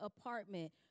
apartment